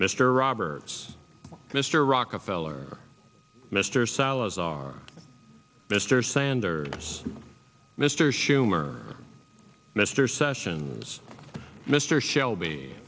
mr roberts mr rockefeller mr salazar mr sanders mr schumer mr sessions mr shelby